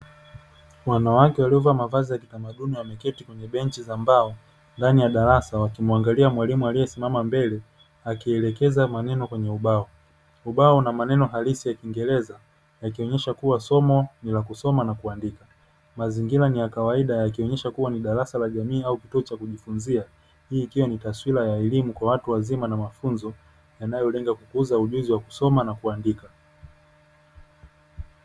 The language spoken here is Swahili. Wanawake waliovaa mavazi ya kitamaduni wameketi kwenye benchi za mbao ndani ya darasa wakimuangalia mwalimu aliyesimama mbele akielekeza maneno kwenye ubao. ubao una maneno halisi ya kiingereza yakionyesha kuwa somo ni la kusoma na kuandika. Mazingra ni ya kawaida yakionyesha kuwa ni darasa la jamii au kituo cha kujifunzia hii ikiwa ni taswira ya elimu kwa watu wazima na mafunzo yanayolenga kukuza ujuzi wa kusoma na kuandika.